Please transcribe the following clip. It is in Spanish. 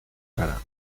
cara